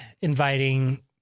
inviting